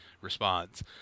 response